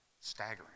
Staggering